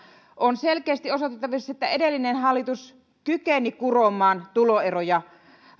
on selkeästi osoitettavissa että edellinen hallitus kykeni kuromaan umpeen